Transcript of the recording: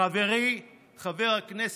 חברות וחברי הכנסת,